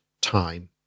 time